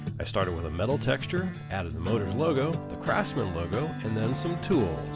i started with a metal texture, added the motorz logo, the crafstman logo and then some tools.